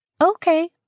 Okay